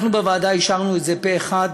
אנחנו בוועדה אישרנו את זה פה-אחד.